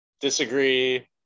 Disagree